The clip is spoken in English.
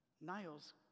Niles